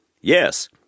yes